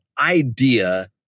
idea